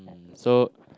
so